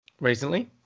recently